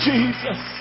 Jesus